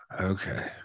Okay